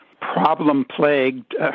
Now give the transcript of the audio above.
problem-plagued